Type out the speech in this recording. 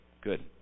Good